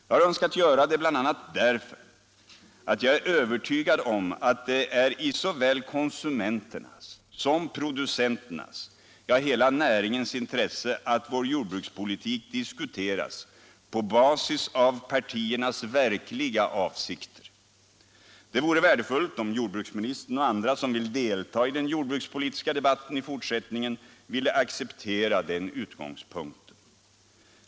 Jag har önskat göra det bl.a. därför att jag är övertygad om att det är i såväl konsumenternas som producenternas, ja, i hela näringens intresse att vår jordbrukspolitik diskuteras på basis av partiernas verkliga debatt Allmänpolitisk debatt avsikter. Det vore värdefullt om jordbruksministern och andra som vill delta i den jordbrukspolitiska debatten i fortsättningen kunde acceptera den utgångspunkten.